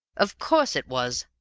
of course, it was!